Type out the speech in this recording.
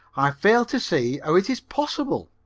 i fail to see how it is possible.